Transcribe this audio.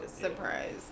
surprise